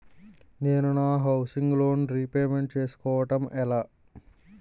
నేను నా housing loan repayment చేసుకోవటం ఎలా?